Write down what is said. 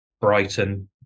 Brighton